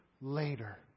later